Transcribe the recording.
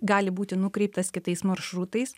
gali būti nukreiptas kitais maršrutais